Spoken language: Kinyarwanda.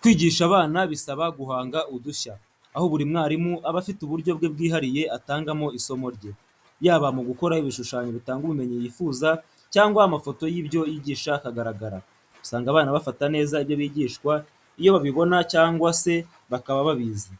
Kwigisha abana bisaba guhanga udushya, aho buri mwarimu aba afite uburyo bwe bwihariye atangamo isomo rye, yaba mu gukora ibishushanyo bitanga ubumenyi yifuza cyangwa amafoto y’ibyo yigisha akagaragara. Usanga abana bafata neza ibyo bigishwa iyo babibona cyangwa se bakaba babizi,